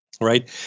right